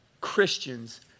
Christians